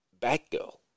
Batgirl